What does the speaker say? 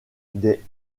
des